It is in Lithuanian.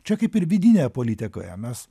čia kaip ir vidinėje politikoje mes